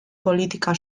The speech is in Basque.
politika